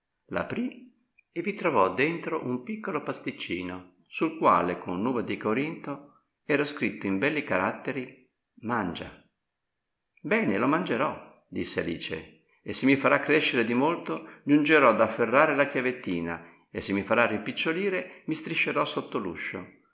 tavola l'aprì e vi trovò dentro un piccolo pasticcino sul quale con uva di corinto era scritto in belli caratteri mangia bene lo mangerò disse alice e se mi farà crescere di molto giungerò ad afferrare la chiavettina e se mi farà rimpicciolire mi striscerò sotto l'uscio